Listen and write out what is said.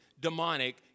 demonic